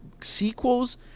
sequels